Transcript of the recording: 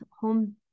home